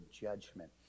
judgment